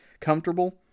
comfortable